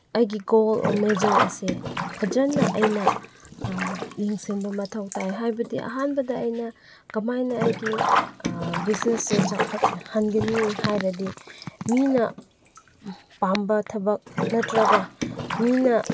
ꯑꯩꯒꯤ goal or major ꯑꯁꯦ ꯐꯖꯅ ꯑꯩꯅ ꯌꯦꯡꯁꯤꯟꯕ ꯃꯊꯧ ꯇꯥꯏ ꯍꯥꯏꯕꯗꯤ ꯑꯍꯥꯟꯕꯗ ꯑꯩꯅ ꯀꯃꯥꯏꯅ ꯑꯩꯒꯤ ꯕꯤꯖꯤꯅꯦꯁꯁꯨ ꯆꯥꯎꯈꯠꯈꯟꯒꯅꯤ ꯍꯥꯏꯔꯗꯤ ꯃꯤꯅ ꯄꯥꯝꯕ ꯊꯕꯛ ꯅꯠꯇ꯭ꯔꯒ ꯃꯤꯅ